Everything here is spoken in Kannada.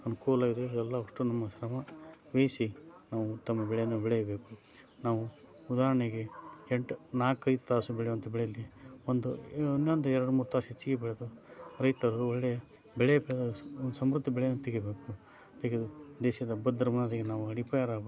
ಅನುಕೂಲ ಇದೆ ಇವೆಲ್ಲ ಒಷ್ಟು ನಮ್ಮ ಶ್ರಮ ವಹಿಸಿ ನಾವು ಉತ್ತಮ ಬೆಳೆಯನ್ನು ಬೆಳೆಯಬೇಕು ನಾವು ಉದಾಹರ್ಣೆಗೆ ಎಂಟು ನಾಲ್ಕೈದು ತಾಸು ಬೆಳೆಯುವಂಥ ಬೆಳೆಯಲ್ಲಿ ಒಂದು ಇನ್ನೊಂದು ಎರಡು ಮೂರು ತಾಸು ಹೆಚ್ಚಿಗೆ ಬೆಳೆದು ರೈತರು ಒಳ್ಳೆಯ ಬೆಳೆ ಸಮೃದ್ಧ ಬೆಳೆಯನ್ನು ತೆಗಿಬೇಕು ತೆಗೆದು ದೇಶದ ಭದ್ರ ಬುನಾದಿಗೆ ನಾವು ಅಡಿಪಾಯರಾಗಬೇಕು